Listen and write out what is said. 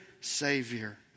Savior